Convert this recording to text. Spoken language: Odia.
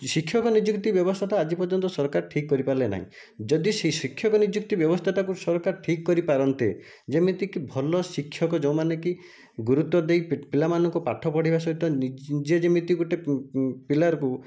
ଶିକ୍ଷକ ନିଯୁକ୍ତି ବ୍ୟବସ୍ଥାଟା ଆଜି ପର୍ଯ୍ୟନ୍ତ ସରକାର ଠିକ୍ କରିପାରିଲେ ନାହିଁ ଯଦି ସେ ଶିକ୍ଷକ ନିଯୁକ୍ତି ବ୍ୟବସ୍ଥାଟାକୁ ସରକାର ଠିକ୍ କରିପାରନ୍ତେ ଯେମିତିକି ଭଲ ଶିକ୍ଷକ ଯେଉଁମାନେ କି ଗୁରୁତ୍ୱ ଦେଇ ପିଲାମାନଙ୍କୁ ପାଠ ପଢ଼ାଇବା ସହିତ ନିଜେ ଯେମିତି ଗୋଟିଏ ପିଲାକୁ